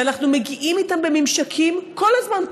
ואנחנו בממשקים איתם כל הזמן,